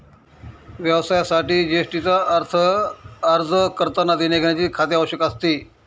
व्यवसायासाठी जी.एस.टी चा अर्ज करतांना देण्याघेण्याचे खाते आवश्यक असते